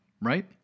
right